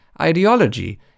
ideology